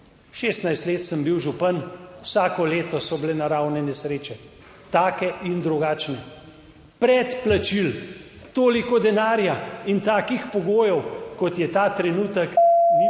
16 let sem bil župan, vsako leto so bile naravne nesreče, take in drugačne. Predplačil, toliko denarja in takih pogojev kot je ta trenutek, /